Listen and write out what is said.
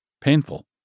painful